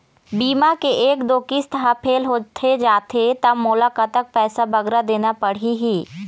बीमा के एक दो किस्त हा फेल होथे जा थे ता मोला कतक पैसा बगरा देना पड़ही ही?